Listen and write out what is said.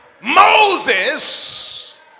Moses